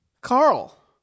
Carl